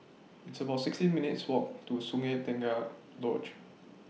It's about sixteen minutes' Walk to Sungei Tengah Lodge